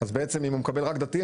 אז בעצם אם הוא מקבל רק דתיים,